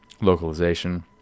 localization